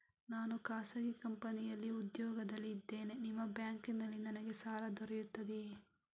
ನಾನು ಖಾಸಗಿ ಕಂಪನಿಯಲ್ಲಿ ಉದ್ಯೋಗದಲ್ಲಿ ಇದ್ದೇನೆ ನಿಮ್ಮ ಬ್ಯಾಂಕಿನಲ್ಲಿ ನನಗೆ ಸಾಲ ದೊರೆಯುತ್ತದೆಯೇ?